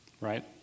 Right